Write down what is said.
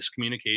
miscommunication